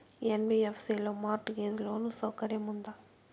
NBFC లో mortgage loan సౌకర్యం ఉందా?